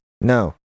No